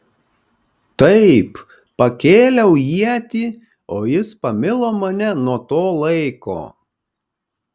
taip pakėliau ietį o jis pamilo mane nuo to laiko